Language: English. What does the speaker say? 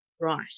Right